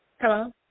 Hello